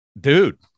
dude